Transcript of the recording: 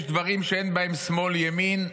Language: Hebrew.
יש דברים שאין בהם שמאל וימין,